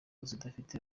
zidafite